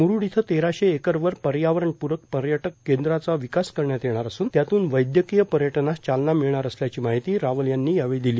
मुरुड इथं तेराशे एकरवर पर्यावरणपूरक पर्यटक केंद्रांचा विकास करण्यात येणार असून त्यातून वव्व्यकीय पर्यटनास चालना मिळणार असल्याची माहितीही रावल यांनी यावेळी दिली